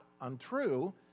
untrue